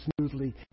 smoothly